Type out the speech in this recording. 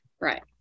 right